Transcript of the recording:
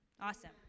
Awesome